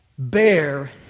Bear